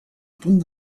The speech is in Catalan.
punt